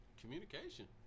communication